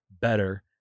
better